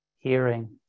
Hearing